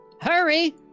hurry